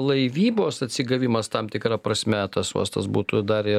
laivybos atsigavimas tam tikra prasme tas uostas būtų dar ir